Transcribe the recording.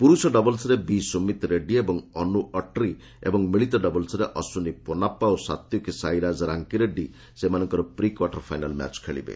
ପୁରୁଷ ଡବଲ୍ସରେ ବିସୁମିତ୍ ରେଡ୍ଡି ଏବଂ ମନୁ ଅଟ୍ରି ଏବଂ ମିଳିତ ଡବଲ୍ସରେ ଅଶ୍ୱିନୀ ପୋନାସ୍କା ଏବଂ ସାତ୍ତିକ୍ ସାଇରାଜ୍ ରାଙ୍କିରେଡ୍ରୀ ସେମାନଙ୍କର ପ୍ରିକ୍ପାର୍ଟର ଫାଇନାଲ୍ ମ୍ୟାଚ୍ ଖେଳିବେ